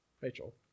Rachel